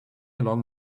along